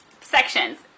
sections